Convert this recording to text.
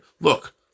Look